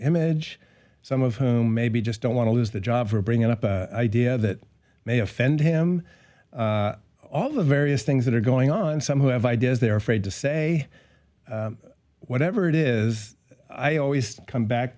image some of whom maybe just don't want to lose the job for bringing up a idea that may offend him all the various things that are going on some who have ideas they're afraid to say whatever it is i always come back